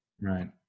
Right